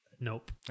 Nope